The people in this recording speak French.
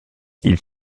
ils